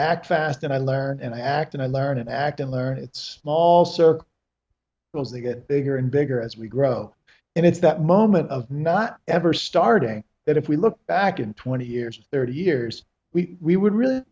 act fast and i learn and i act and i learn and act and learn it's false or because they get bigger and bigger as we grow and it's that moment of not ever starting that if we look back in twenty years thirty years we we would really